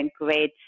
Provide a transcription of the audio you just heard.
great